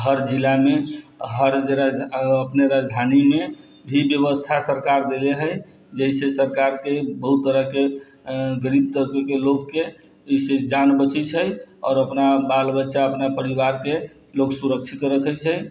हर जिलामे हर जगह अपने राजधानीमे भी बेबस्था सरकार देले हइ जइसे सरकारके बहुत तरहके गरीब तबकेके लोकके ओहिसँ जान बचै छै आओर अपना बाल बच्चा अपना परिवारके लोक सुरक्षित रखै छै